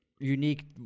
unique